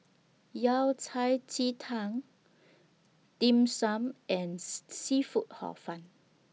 Yao Cai Ji Tang Dim Sum and Seafood Hor Fun